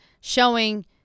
showing